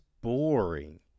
boring